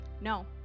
No